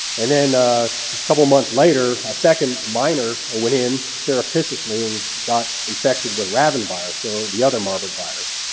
and then a couple of months later a second minor went in surreptitiously got infected with rabin virus. so the other marburg virus.